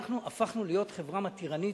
הפכנו להיות חברה מתירנית,